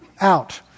out